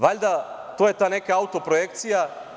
Valjda to je ta neka autoprojekcija.